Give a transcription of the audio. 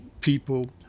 people